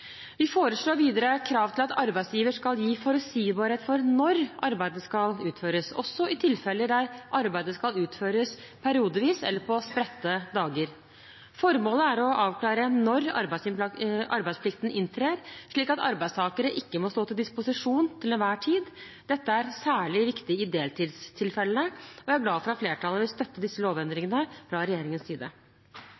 Vi foreslår videre krav om at arbeidsgiveren skal gi forutsigbarhet for når arbeidet skal utføres, også i tilfeller der arbeidet skal utføres periodevis eller på spredte dager. Formålet er å avklare når arbeidsplikten inntrer, slik at arbeidstakere ikke må stå til disposisjon til enhver tid. Dette er særlig viktig i deltidstilfellene. Jeg er glad for at flertallet vil støtte disse